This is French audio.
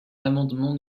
l’amendement